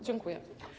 Dziękuję.